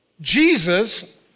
Jesus